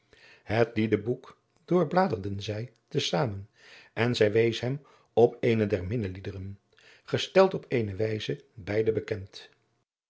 liefde het liedeboek doorbladerden zij te zamen en zij wees hem op een der minneliederen gesteld op eene wijze beide bekend